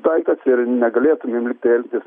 daiktas ir negalėtumėm lygtai elgtis